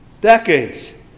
Decades